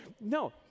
no